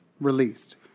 released